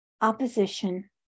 opposition